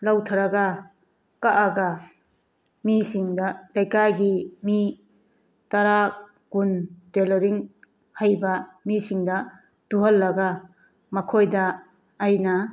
ꯂꯧꯊꯔꯒ ꯀꯛꯑꯒ ꯃꯤꯁꯤꯡꯗ ꯂꯩꯀꯥꯏꯒꯤ ꯃꯤ ꯇꯔꯥ ꯀꯨꯟ ꯇꯦꯂꯔꯤꯡ ꯍꯩꯕ ꯃꯤꯁꯤꯡꯗ ꯇꯨꯍꯜꯂꯒ ꯃꯈꯣꯏꯗ ꯑꯩꯅ